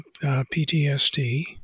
PTSD